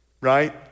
right